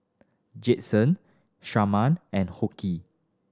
Jayson Sharman and Hoke